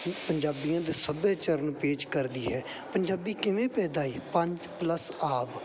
ਪੰਜਾਬੀਆਂ ਦਾ ਸੱਭਿਆਚਾਰ ਨੂੰ ਪੇਸ਼ ਕਰਦੀ ਹੈ ਪੰਜਾਬੀ ਕਿਵੇਂ ਪੈਦਾ ਹੋਈ ਪੰਜ ਪਲੱਸ ਆਬ